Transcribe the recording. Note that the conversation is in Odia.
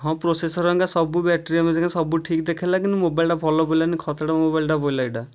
ହଁ ପ୍ରୋସେସର୍ ହରିକା ସବୁ ବ୍ୟାଟେରୀ ସବୁ ଠିକ୍ ଦେଖାଇଲା କିନ୍ତୁ ମୋବାଇଲ୍ଟା ଭଲ ପିଡ଼ିଲାନି ଖତଡା ମୋବାଇଲ୍ଟା ପଡ଼ିଲା ଏଇଟା